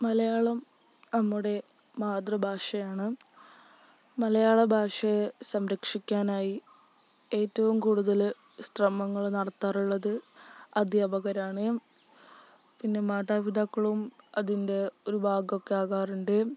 മലയാളം നമ്മുടെ മാതൃഭാഷയാണ് മലയാള ഭാഷയെ സംരക്ഷിക്കാനായി ഏറ്റവും കൂടുതൽ ശ്രമങ്ങള് നടത്താറുള്ളത് അധ്യാപകരാണ് പിന്നെ മാതാപിതാക്കളും അതിൻ്റെ ഒരു ഭാഗമൊക്കെ ആകാറുണ്ട്